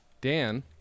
Dan